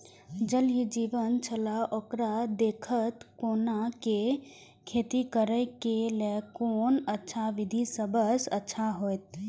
ज़ल ही जीवन छलाह ओकरा देखैत कोना के खेती करे के लेल कोन अच्छा विधि सबसँ अच्छा होयत?